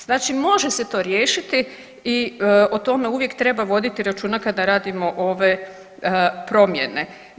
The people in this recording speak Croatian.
Znači može se to riješiti i o tome uvijek treba voditi računa kada radimo ove promjene.